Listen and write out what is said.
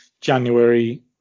January